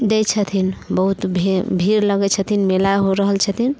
दै छथिन बहुत भी भीड़ लगै छथिन मेला हो रहल छथिन